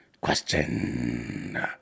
question